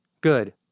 Good